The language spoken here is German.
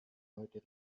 heute